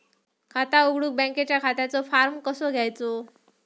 खाता उघडुक बँकेच्या खात्याचो फार्म कसो घ्यायचो?